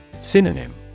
Synonym